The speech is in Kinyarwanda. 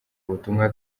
ubutumwa